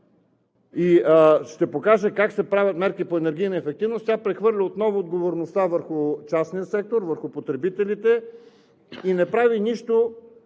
и ще покаже как се правят мерки по енергийна ефективност, тя отново прехвърля отговорността върху частния сектор, върху потребителите и не прави нищо